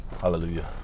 Hallelujah